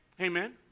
Amen